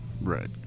Right